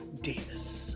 Davis